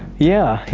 yeah, yeah,